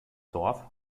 dorf